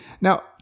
Now